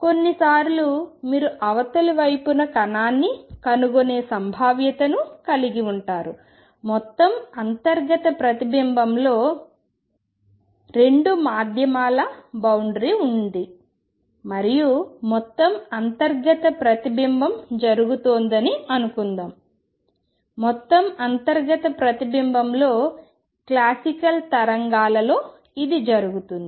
కొన్నిసార్లు మీరు అవతలి వైపున కణాన్ని కనుగొనే సంభావ్యతను కలిగి ఉంటారు మొత్తం అంతర్గత ప్రతిబింబంలో 2 మాధ్యమాల బౌండరి ఉంది మరియు మొత్తం అంతర్గత ప్రతిబింబం టోటల్ ఇంటర్నల్ రిఫ్లెక్షన్ జరుగుతోందని అనుకుందాం మొత్తం అంతర్గత ప్రతిబింబంలో క్లాసికల్ తరంగాలలో ఇది జరుగుతుంది